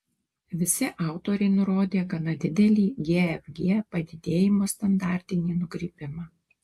visi autoriai nurodė gana didelį gfg padidėjimo standartinį nukrypimą